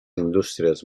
indústries